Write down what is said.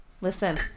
listen